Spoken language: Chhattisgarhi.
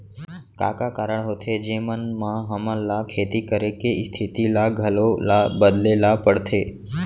का का कारण होथे जेमन मा हमन ला खेती करे के स्तिथि ला घलो ला बदले ला पड़थे?